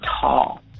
tall